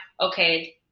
okay